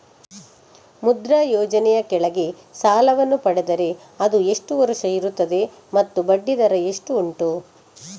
ಮುದ್ರಾ ಯೋಜನೆ ಯ ಕೆಳಗೆ ಸಾಲ ವನ್ನು ಪಡೆದರೆ ಅದು ಎಷ್ಟು ವರುಷ ಇರುತ್ತದೆ ಮತ್ತು ಬಡ್ಡಿ ದರ ಎಷ್ಟು ಉಂಟು?